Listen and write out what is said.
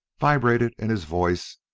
vibrated in his voice,